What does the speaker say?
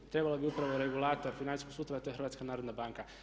Trebalo bi upravo regulator financijskog sustava, a to je HNB.